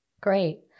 Great